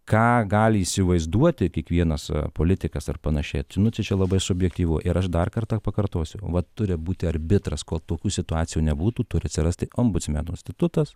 ką gali įsivaizduoti kiekvienas politikas ar panašiai nu tai čia labai subjektyvu ir aš dar kartą pakartosiu vat turi būti arbitras ko tokių situacijų nebūtų turi atsirasti ombudsmeno institutas